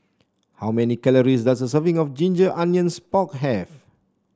how many calories does a serving of Ginger Onions Pork have